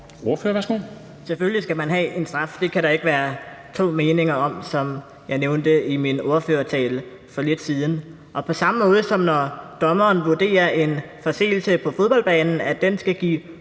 Hegaard (RV): Selvfølgelig skal man have en straf. Det kan der ikke være to meninger om, som jeg nævnte i min ordførertale for lidt siden. Og på samme måde, som når dommeren vurderer en forseelse på fodboldbanen, altså at den skal give